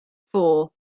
four